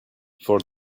for